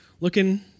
looking